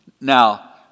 Now